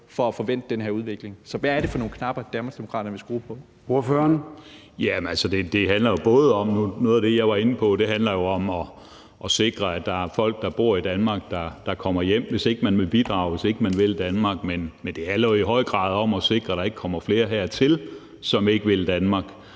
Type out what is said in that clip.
for at få vendt den her udvikling. Så hvad er det for nogle knapper, Danmarksdemokraterne vil skrue på? Kl. 14:12 Formanden (Søren Gade): Ordføreren. Kl. 14:12 Peter Skaarup (DD): Noget af det, jeg var inde på, handler jo om at sikre, at folk, der bor i Danmark, kommer hjem, hvis ikke de vil bidrage, og hvis ikke de vil Danmark, men det handler i høj grad også om at sikre, at der ikke kommer flere, som ikke vil Danmark,